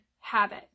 habit